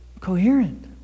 coherent